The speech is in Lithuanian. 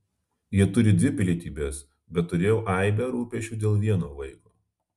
jie turi dvi pilietybes bet turėjau aibę rūpesčių dėl vieno vaiko